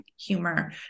humor